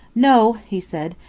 no, he said,